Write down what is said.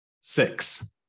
six